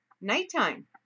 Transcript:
nighttime